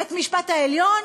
בית-המשפט העליון?